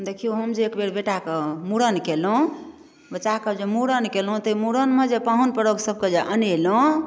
देखिऔ हम जे एकबेर बेटा कऽ मुड़न कयलहुँ बच्चा कऽ जे मुड़न कयलहुँ ताहि मुड़नमे जे पाहुँन परक सबके जे अनेलहुँ